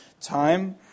time